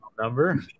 number